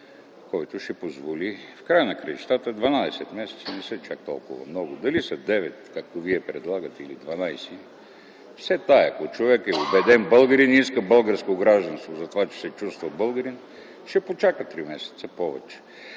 който ще позволи... В края на краищата 12 месеца не са чак толкова много. Дали са 9, както Вие предлагате, или 12, все тая. Ако човек е убеден българин и иска българско гражданство за това, че се чувства българин, ще почака 3 месеца повече.